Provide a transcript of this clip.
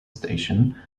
station